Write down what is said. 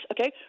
okay